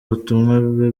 butumwa